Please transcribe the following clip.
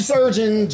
Surgeon